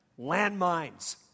landmines